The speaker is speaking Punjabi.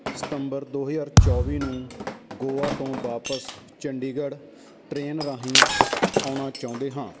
ਸਤੰਬਰ ਦੋ ਹਜ਼ਾਰ ਚੌਵੀ ਨੂੰ ਗੋਆ ਤੋਂ ਵਾਪਸ ਚੰਡੀਗੜ੍ਹ ਟਰੇਨ ਰਾਹੀਂ ਆਉਣਾ ਚਾਹੁੰਦੇ ਹਾਂ